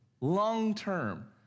long-term